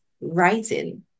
writing